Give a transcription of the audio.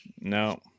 No